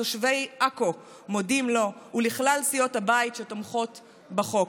תושבי עכו מודים לו ולכלל סיעות הבית שתומכות בחוק.